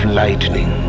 lightning